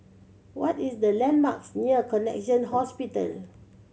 what is the landmarks near Connexion Hospital